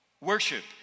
worship